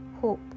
hope